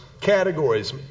categories